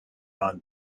non